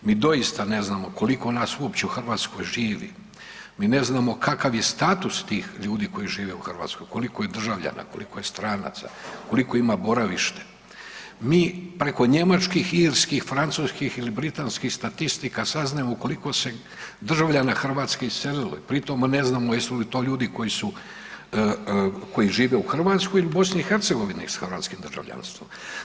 Mi doista ne znamo koliko nas uopće u Hrvatskoj živi, mi ne znamo kakav je status tih ljudi koji žive u Hrvatskoj, koliko je državljana, koliko je stranaca, koliko ima boravište, mi preko Njemačkih, Irskih, Francuskih ili Britanskih statistika saznajemo koliko se državljana Hrvatske iselilo i pri tome ne znamo jesu li to ljudi koji su, koji žive u Hrvatskoj ili BiH s hrvatskim državljanstvom.